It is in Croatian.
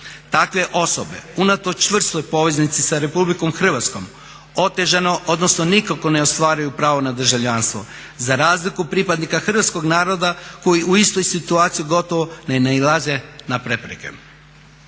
Takve osobe unatoč čvrstoj poveznici sa Republikom Hrvatskom otežano odnosno nikako ne ostvaruju pravo na državljanstvo, za razliku od pripadnika hrvatskog naroda koji u istoj situaciji gotovo ne nailaze na prepreke.